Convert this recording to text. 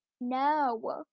No